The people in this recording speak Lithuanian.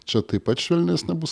čia taip pat švelnesnė bus